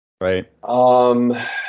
right